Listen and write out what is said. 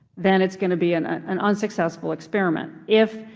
then it's going to be an an unsuccessful experiment. if,